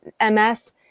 MS